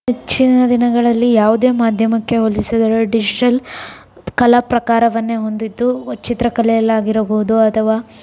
ಹೆಚ್ಚಿನ ದಿನಗಳಲ್ಲಿ ಯಾವುದೇ ಮಾಧ್ಯಮಕ್ಕೆ ಹೋಲಿಸಿದರೆ ಡಿಜ್ಟಲ್ ಕಲಾಪ್ರಕಾರವನ್ನೇ ಹೊಂದಿದ್ದು ಚಿತ್ರ ಕಲೆಯಲ್ಲಿ ಆಗಿರಬಹುದು ಅಥವಾ